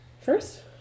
first